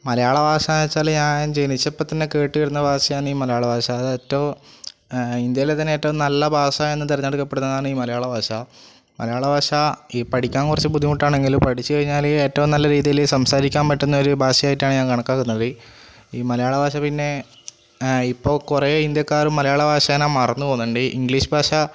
മലയാള ഭാഷ എന്ന് വെച്ചാൽ ഞാൻ ജനിച്ചപ്പം തന്നെ കേട്ട് വരുന്ന ഭാഷയാണ് ഈ മലയാള ഭാഷ അത് ഏറ്റവും അ ഇന്ത്യയിലെ തന്നെ ഏറ്റവും നല്ല ഭാഷ എന്ന് തിരഞ്ഞെടുക്കപ്പെടുന്നതാണ് ഈ മലയാള ഭാഷ മലയാള ഭാഷ ഈ പഠിക്കാൻ കുറച്ച് ബുദ്ധിമുട്ടാണെങ്കിലും പഠിച്ച് കഴിഞ്ഞാൽ ഏറ്റവും നല്ല രീതിയിൽ സംസാരിക്കാൻ പറ്റുന്ന ഒരു ഭാഷയായിട്ടാണ് ഞാൻ കണക്കാക്കുന്നത് ഈ മലയാള ഭാഷ പിന്നെ അ ഇപ്പോൾ കുറേ ഇന്ത്യക്കാരും ഈ മലയാള ഭാഷയെ മറന്ന് പോകുന്നുണ്ട് ഇംഗ്ലീഷ് ഭാഷ